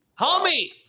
Homie